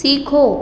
सीखो